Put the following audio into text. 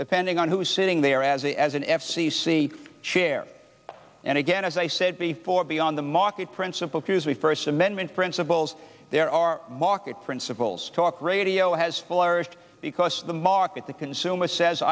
depending on who is sitting there as a as an f c c chair and again as i said before be on the market principle cruise we first amendment principles there are market principles talk radio has flourished because the market the consumer says